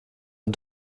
den